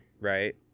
right